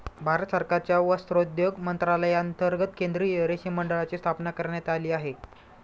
भारत सरकारच्या वस्त्रोद्योग मंत्रालयांतर्गत केंद्रीय रेशीम मंडळाची स्थापना करण्यात आली आहे